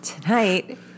Tonight